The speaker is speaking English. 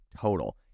total